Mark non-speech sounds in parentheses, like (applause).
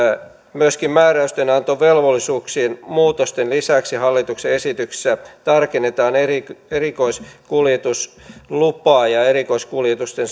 määräystenantovelvollisuuksien muutosten lisäksi hallituksen esityksessä tarkennetaan myöskin erikoiskuljetuslupaa ja erikoiskuljetusten (unintelligible)